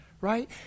right